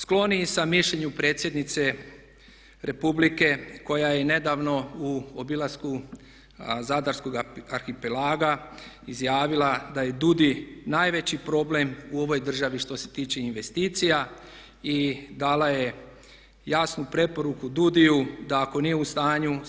Skloniji sam mišljenju predsjednice republike koja je i nedavno u obilasku zadarskoga arhipelaga izjavila da je DUUDI najveći problem u ovoj državi što se tiče investicija i dala je jasnu preporuku DUUDI-ju da ako nije u stanju